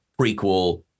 prequel